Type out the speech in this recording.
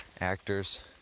actors